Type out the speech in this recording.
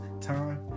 time